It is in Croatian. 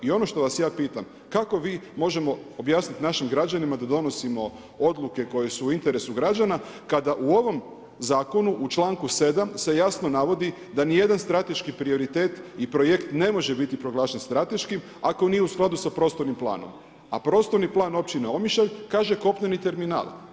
I ono što vas ja pitam, kako mi možemo objasniti našim građanima da donosimo odluke koje su u interesu građana kada u ovom zakonu u članku 7. se jasno navodi da nijedan strateški prioritet i projekt ne može biti proglašen strateškim ako nije u skladu sa prostornim planom, a prostorni plan Općine Omišalj kaže kopneni terminal.